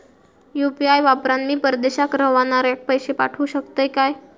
UPI वापरान मी परदेशाक रव्हनाऱ्याक पैशे पाठवु शकतय काय?